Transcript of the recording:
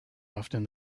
often